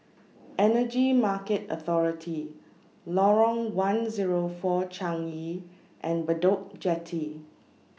Energy Market Authority Lorong one Zero four Changi and Bedok Jetty